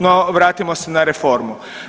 No vratimo se na reformu.